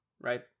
right